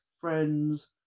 friends